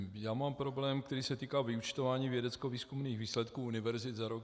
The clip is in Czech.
Já mám problém, který se týká vyúčtování vědeckovýzkumných výsledků univerzit za rok 2015.